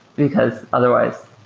because otherwise